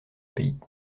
pays